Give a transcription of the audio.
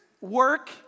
work